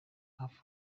hafi